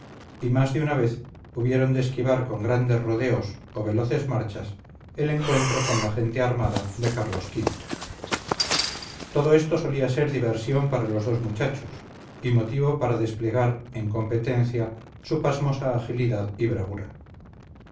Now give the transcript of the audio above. y más de una vez hubieron de esquivar con grandes rodeos o veloces marchas el encuentro con la gente armada de carlos v todo esto solía ser diversión para los dos muchachos y motivo para desplegar en competencia su pasmosa agilidad y bravura